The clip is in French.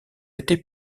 été